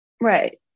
Right